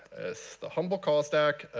it's the humble call stack.